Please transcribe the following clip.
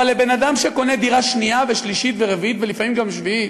אבל לבן-אדם שקונה דירה שנייה ושלישית ורביעית ולפעמים גם שביעית,